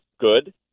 good